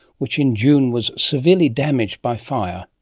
which in june was severely damaged by fire.